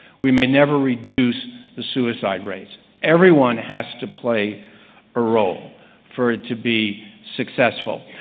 we may never reduce the suicide rate. everyone has to play a role for it to be successful,